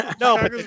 No